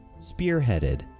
spearheaded